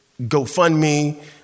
GoFundMe